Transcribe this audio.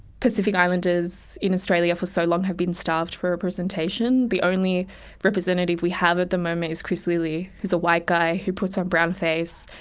pacific islanders in australia for so long have been starved for representation. the only representative we have at the moment is chris lilley, who's a white guy who puts a brown face,